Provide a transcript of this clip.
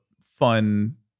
fun